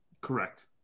correct